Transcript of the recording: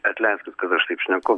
atleiskit kad aš taip šneku